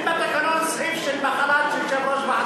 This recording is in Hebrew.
אין בתקנון סעיף של מחלת יושב-ראש ועדה.